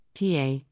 PA